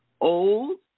old